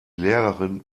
lehrerin